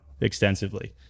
extensively